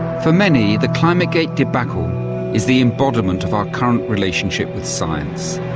for many, the climategate debacle is the embodiment of our current relationship with science.